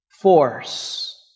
force